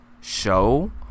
show